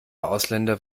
ausländer